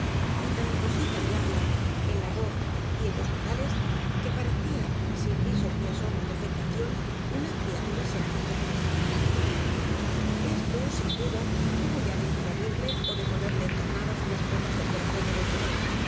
y tan modosita en el habla en la voz y en los modales que parecía sin visos ni asomos de afec tación una criatura seráfica esto sin duda hubo ya de entreabrirle ó de ponerle entornadas las puertas del corazón de doña inés